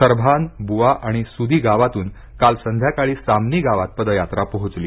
सरभान बुवा आणि सुदी गावातून काल संध्याकाळी सामनी गावात पदयात्रा पोहोचली